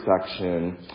section